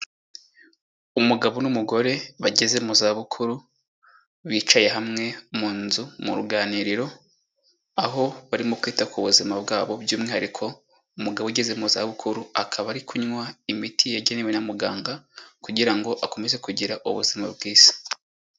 Umugabo n'umugore bageze mu zabukuru, bicaye hamwe, mu nzu, mu ruganiriro, aho barimo kwita ku buzima bwabo by'umwihariko umugabo ugeze mu zabukuru, akaba ari kunywa imiti yagenewe na muganga kugira ngo akomeze kugira ubuzima bwiza.